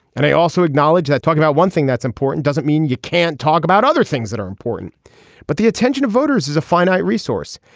and i also acknowledge that talk about one thing that's important doesn't mean you can't talk about other things that are important but the attention of voters is a finite resource.